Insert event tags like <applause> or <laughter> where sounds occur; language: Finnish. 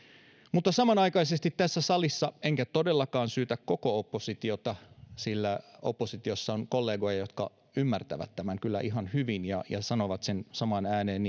mutta samanaikaisesti tässä salissa enkä todellakaan syytä koko oppositiota sillä oppositiossa on kollegoja jotka ymmärtävät tämän kyllä ihan hyvin ja ja sanovat sen samaan ääneen <unintelligible>